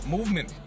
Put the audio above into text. Movement